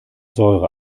säure